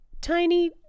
tiny